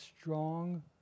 strong